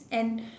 and